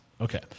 Okay